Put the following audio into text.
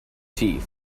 teeth